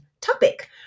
topic